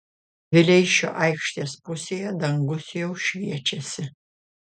vileišio aikštės pusėje dangus jau šviečiasi